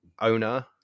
owner